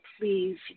please